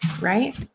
right